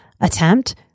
attempt